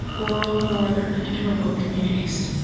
rural, northern and remote communities.